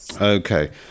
okay